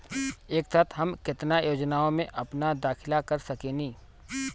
एक साथ हम केतना योजनाओ में अपना दाखिला कर सकेनी?